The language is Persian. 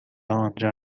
آنجا